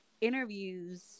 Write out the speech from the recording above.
interviews